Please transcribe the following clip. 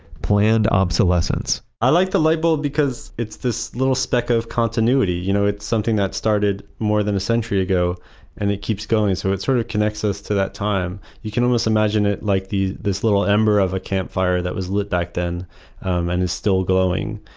planned obsolescence i like the light bulb because it's this little speck of continuity. you know, it's something that started more than a century ago and it keeps going and so it sort of connects us to that time. you can almost imagine it like this little ember of a campfire that was lit back then and is still glowing.